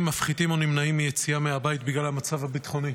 מפחיתים או נמנעים מיציאה מהבית בגלל המצב הביטחוני.